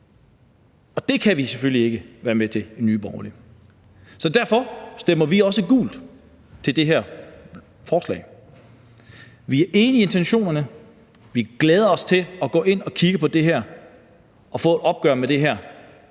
og det kan vi selvfølgelig ikke være med til i Nye Borgerlige. Så derfor stemmer vi også gult det her forslag. Vi er enige i intentionerne, vi glæder os til at gå ind og kigge på det her og få et opgør med det her,